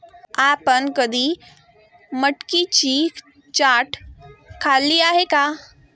आपण कधी मटकीची चाट खाल्ली आहे का?